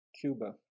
Cuba